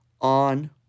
on